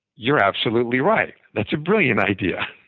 you're absolutely right that's a brilliant idea.